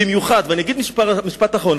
במיוחד, ואני אגיד משפט אחרון.